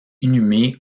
inhumé